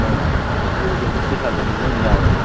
ꯑꯣ ꯍꯧꯖꯤꯛꯀꯤ ꯑꯗꯨꯝ ꯄꯩꯁꯥꯗꯨ ꯑꯗꯨꯗ ꯂꯣꯏꯅ ꯌꯥꯎꯔꯦꯕ